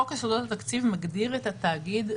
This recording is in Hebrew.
חוק יסודות התקציב מגדיר את התאגיד,